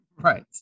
right